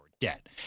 Debt